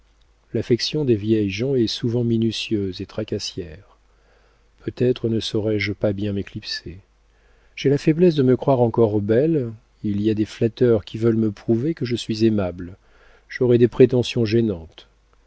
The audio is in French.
l'affection des vieilles gens est souvent minutieuse et tracassière peut-être ne saurais-je pas bien m'éclipser j'ai la faiblesse de me croire encore belle il y a des flatteurs qui veulent me prouver que je suis aimable j'aurais des prétentions gênantes